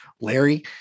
Larry